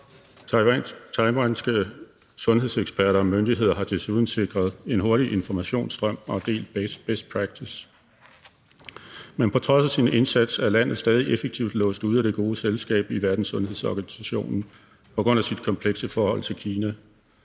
Taiwanske sundhedseksperter og myndigheder har desuden sikret en hurtig informationsstrøm og delt best practise. Men på trods af sin indsats er landet stadig effektivt låst ude af det gode selskab i Verdenssundhedsorganisationen på grund af sit komplekse forhold til Kina.